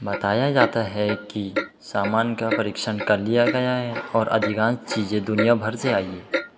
बताया जाता है कि सामान का परीक्षण कर लिया गया है और अधिकांश चीज़ें दुनियाभर से आई हैं